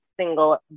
single